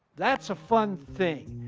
that's a fun thing.